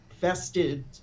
vested